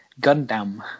Gundam